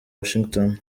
washington